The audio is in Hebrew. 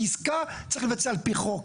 כי עסקה צריך לבצע על פי חוק,